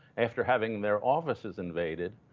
after having their offices invaded,